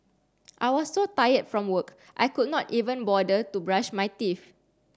I was so tired from work I could not even bother to brush my teeth